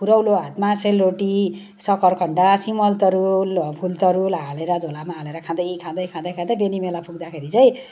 फुरौलो हातमा सेलरोटी सक्करखन्डा सिमलतरुल फुलतरुल हालेर झोलामा हालेर खाँदै खाँदै खाँदै बेनी मेला पुग्दाखेरि चाहिँ